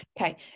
Okay